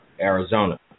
Arizona